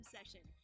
Session